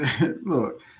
look